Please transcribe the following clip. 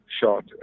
shot